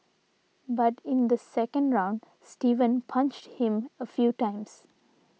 but in the second round Steven punched him a few times